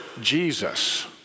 Jesus